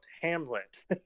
Hamlet